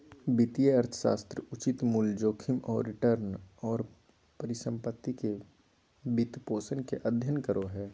वित्तीय अर्थशास्त्र उचित मूल्य, जोखिम आऊ रिटर्न, आऊ परिसम्पत्ति के वित्तपोषण के अध्ययन करो हइ